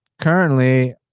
currently